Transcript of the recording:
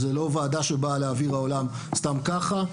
זו לא ועדה שבאה לאוויר העולם סתם ככה,